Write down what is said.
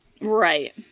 Right